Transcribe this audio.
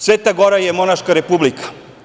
Svet Gora je monaška republika.